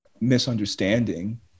misunderstanding